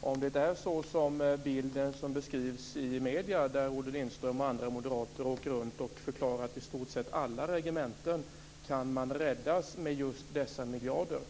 om det är som medierna beskriver - att, som Olle Lindström och andra moderater som åker runt och förklarar, i stort sett alla regementen kan räddas med just dessa miljarder.